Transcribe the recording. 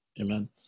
amen